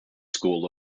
school